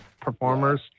performers